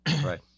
right